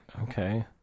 Okay